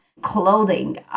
Clothing